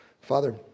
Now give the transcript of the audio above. Father